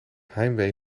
heimwee